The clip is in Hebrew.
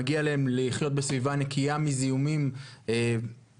מגיע להם לחיות בסביבה נקייה מזיהומים להם,